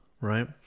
right